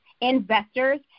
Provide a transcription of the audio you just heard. investors